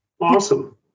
Awesome